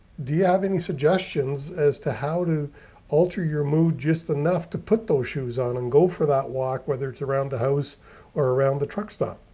do you have any suggestions as to how to alter your mood just enough to put those shoes on and go for that walk, whether it's around the house or around the truck